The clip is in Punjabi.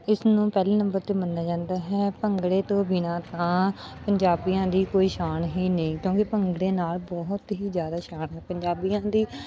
ਇਸ ਨੂੰ ਪਹਿਲੇ ਨੰਬਰ 'ਤੇ ਮੰਨਿਆ ਜਾਂਦਾ ਹੈ ਭੰਗੜੇ ਤੋਂ ਬਿਨਾਂ ਤਾਂ ਪੰਜਾਬੀਆਂ ਦੀ ਕੋਈ ਸ਼ਾਨ ਹੀ ਨਹੀਂ ਕਿਉਂਕਿ ਭੰਗੜੇ ਨਾਲ ਬਹੁਤ ਹੀ ਜ਼ਿਆਦਾ ਸ਼ਾਨ ਹੈ ਪੰਜਾਬੀਆਂ ਦੀ